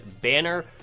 Banner